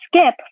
skip